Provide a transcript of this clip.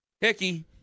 Hickey